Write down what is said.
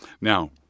Now